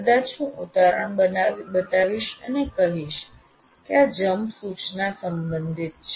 કદાચ હું ઉદાહરણ બતાવીશ અને કહીશ કે આ રીતે જમ્પ સૂચના સંબંધિત છે